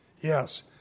Yes